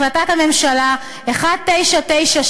החלטת הממשלה 1996: